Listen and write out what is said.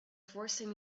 forcing